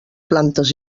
plantes